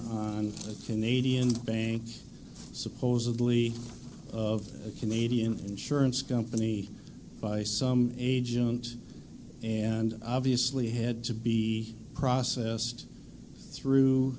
canadian bank supposedly of a canadian insurance company by some agent and obviously had to be processed through